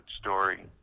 story